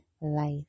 life